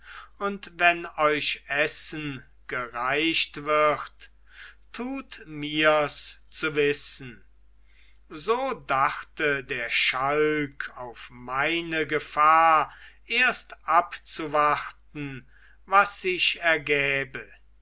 und wenn euch essen gereicht wird tut mirs zu wissen so dachte der schalk auf meine gefahr erst abzuwarten was sich ergäbe